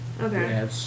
Okay